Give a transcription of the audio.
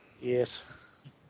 Yes